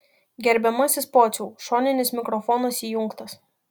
gerbiamasis pociau šoninis mikrofonas įjungtas